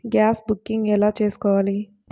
Gas booking ఎలా చేసుకోవాలి?